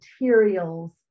materials